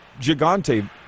Gigante